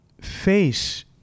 face